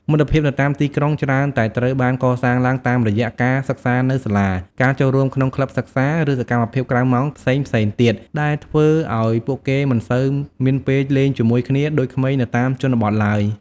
មិត្តភាពនៅតាមទីក្រុងច្រើនតែត្រូវបានកសាងឡើងតាមរយៈការសិក្សានៅសាលា ការចូលរួមក្នុងក្លឹបសិក្សា ឬសកម្មភាពក្រៅម៉ោងផ្សេងៗទៀត ដែលធ្វើឲ្យពួកគេមិនសូវមានពេលលេងជាមួយគ្នាដូចក្មេងនៅតាមជនបទឡើយ។